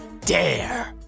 dare